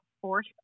force